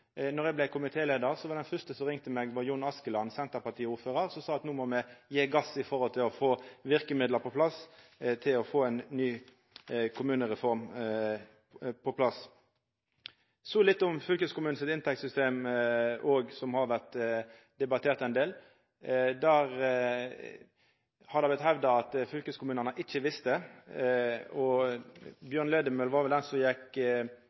eg vart komitéleiar, var den fyrste som ringde meg, Senterparti-ordføraren Jon Askeland, som sa at no må me gje gass når det gjeld å få verkemiddel for å få ei ny kommunereform på plass. Så litt om inntektssystemet til fylkeskommunen, som òg har vore debattert ein del. Der har det vore hevda at fylkeskommunane ikkje visste, og Bjørn Lødemel var vel den som